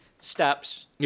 steps